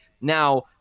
Now